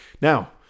Now